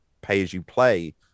pay-as-you-play